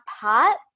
pot